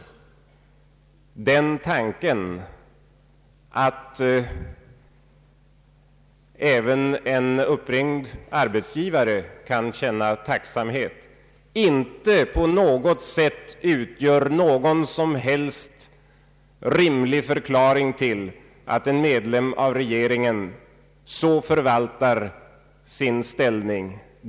Den tanken att även en uppringd arbetsgivare kan känna tacksamhet utgör inte på något sätt en rimlig förklaring till att en medlem av regeringen så förvaltar sin ställning.